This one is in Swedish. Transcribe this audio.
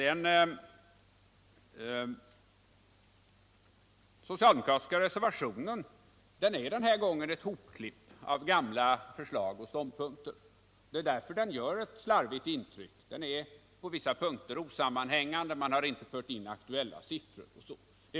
Den socialdemokratiska reservationen är den här gången ett hopklipp av gamla förslag och ståndpunkter, och därför gör den en slarvigt intryck. Den är på vissa punkter osammanhängande. Man har t.ex. inte fört in aktuella siffror.